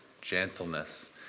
gentleness